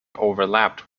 overlapped